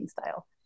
style